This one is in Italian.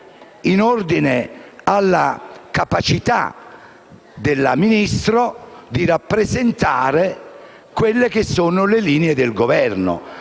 in ordine alla capacità del Ministro di rappresentare le linee del Governo.